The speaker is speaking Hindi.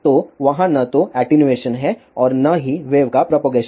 तो वहाँ न तो एटीन्यूएशन है और न ही वेव का प्रोपगेशन